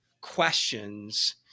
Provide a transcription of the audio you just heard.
questions